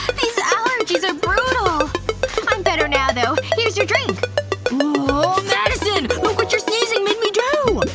and these allergies are brutal i'm better now, though. here's your drink ohhhh madison! look what your sneezing made me do!